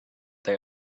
they